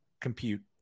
compute